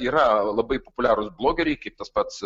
yra labai populiarūs blogeriai kaip tas pats